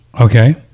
Okay